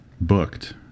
booked